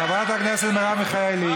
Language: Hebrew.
חברת הכנסת מרב מיכאלי.